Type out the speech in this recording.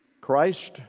Christ